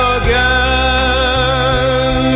again